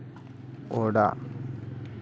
ᱚᱲᱟᱜ